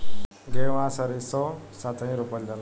गेंहू आ सरीसों साथेही रोपल जाला